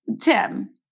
Tim